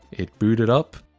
it booted up,